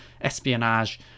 espionage